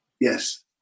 Yes